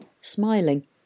smiling